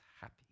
happy